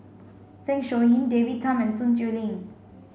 Zeng Shouyin David Tham and Sun Xueling